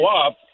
up